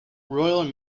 royal